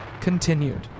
continued